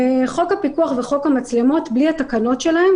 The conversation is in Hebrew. חוק הפיקוח וחוק המצלמות בלי התקנות שלהם